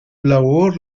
labor